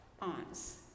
aunts